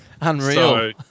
Unreal